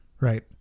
right